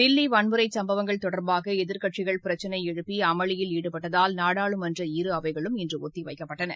தில்லி வள்முறை சம்பவங்கள் தொடர்பாக எதிர்க்கட்சிகள் பிரச்சினை எழுப்பி அமளியில் ஈடுபட்டதால் நாடாளுமன்றத்தின் இரு அவைகளும் இன்று ஒத்தி வைக்கப்பட்டன